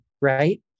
right